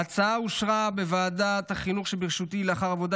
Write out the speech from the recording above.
ההצעה אושרה בוועדת החינוך שבראשותי לאחר עבודה